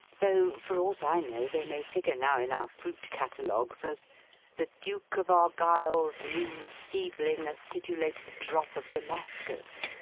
though, for aught i know, they may figure now in our fruit catalogues as the duke of argyle's new seedling acidulated drop of damascus,